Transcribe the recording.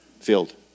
field